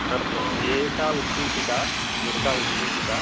एषा उत्पीठिका एका उत्पीठिका